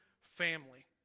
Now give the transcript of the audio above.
family